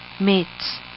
mates